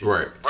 Right